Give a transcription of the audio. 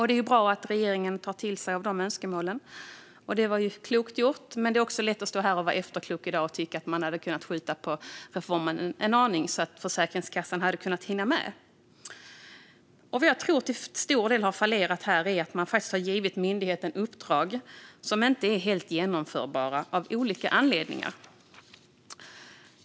Det är bra att regeringen har tagit till sig av önskemålen; det var ju klokt gjort. Men det är lätt att stå här och vara efterklok i dag och tycka att man hade kunnat skjuta på reformen en aning, så att Försäkringskassan hade kunnat hinna med. Det som jag tror till stor del har fallerat här är att man har givit myndigheten uppdrag som av olika anledningar inte är helt genomförbara.